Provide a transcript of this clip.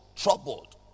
Troubled